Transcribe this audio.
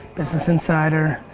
business insider,